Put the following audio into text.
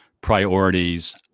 priorities